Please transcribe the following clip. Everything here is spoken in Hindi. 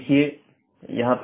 एक है स्टब